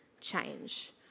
change